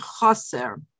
chaser